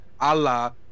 Allah